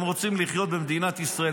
הם רוצים לחיות במדינת ישראל.